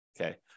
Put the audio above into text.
Okay